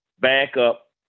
backup